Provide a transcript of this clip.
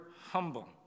humble